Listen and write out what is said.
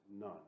none